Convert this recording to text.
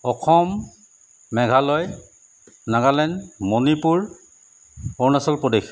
Assam Meghalaya Nagaland Manipur Arunachal Pradesh